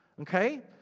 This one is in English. okay